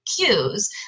cues